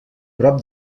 prop